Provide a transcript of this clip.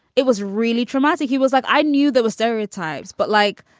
it was really traumatic. he was like i knew there were stereotypes, but like,